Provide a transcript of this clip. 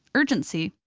urgency,